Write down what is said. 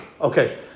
Okay